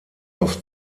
auf